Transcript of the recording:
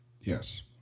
Yes